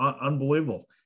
Unbelievable